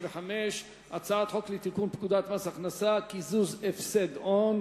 בבורסה אשר מממשים רווחים במהלך שנת המס.